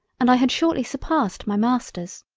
and i had shortly surpassed my masters.